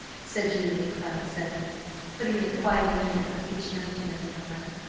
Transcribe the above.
said julia cloud, suddenly putting a quieting hand on each young hand in her lap.